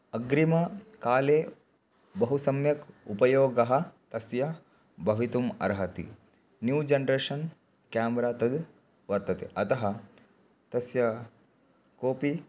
अग्रिमकाले बहु सम्यक् उपयोगः तस्य भवितुम् अर्हति न्यू जन्रेषन् केमरा तद् वर्तते अतः तस्य कोपि